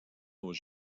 nos